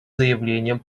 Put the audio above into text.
заявлениями